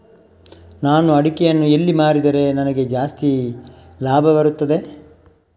ನಾನು ಅಡಿಕೆಯನ್ನು ಎಲ್ಲಿ ಮಾರಿದರೆ ನನಗೆ ಜಾಸ್ತಿ ಲಾಭ ಬರುತ್ತದೆ?